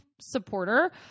supporter